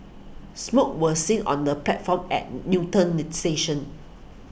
smoke was seen on the platform at Newton station